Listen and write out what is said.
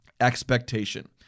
Expectation